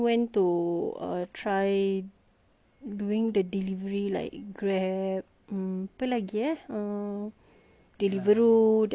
doing the delivery like grab apa lagi eh deliveroo I mean it's a decent job but